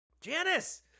Janice